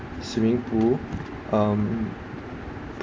swimming pool um